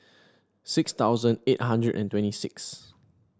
six thousand eight hundred and twenty six